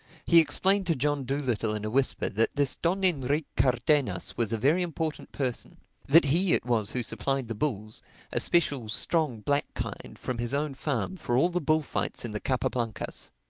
he explained to john dolittle in a whisper that this don enrique cardenas was a very important person that he it was who supplied the bulls a special, strong black kind from his own farm for all the bullfights in the capa blancas.